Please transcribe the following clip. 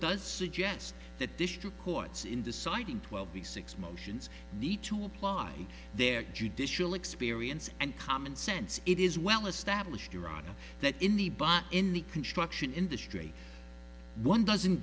does suggest that district courts in deciding twelve b six motions need to apply their judicial experience and common sense it is well established urana that in the but in the construction industry one doesn't